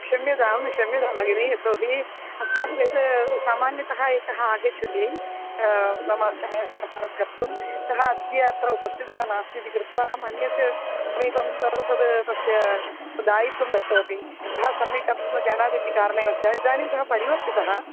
क्षम्यतां क्षम्यतां भगिनी यतो हि अस्माकं यद् सामान्यतः एकः आगच्छति मम चायसम्पन्नं कर्तुं सः अद्य अत्र उपस्थितः नास्ति इति कृत्वा अहम् अन्यस्य समीपं तद् तस्य दायित्वं दत्तवती सः सम्यक् कर्तुं न जानाति इति कारणेन सः इदानीं सः परिवर्तितः